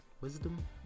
Wisdom